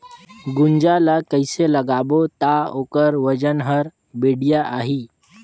गुनजा ला कइसे लगाबो ता ओकर वजन हर बेडिया आही?